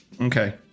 Okay